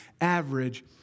average